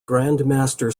grandmaster